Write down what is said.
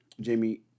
Jamie